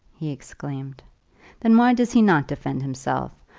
he exclaimed then why does he not defend himself?